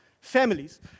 families